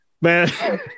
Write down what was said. man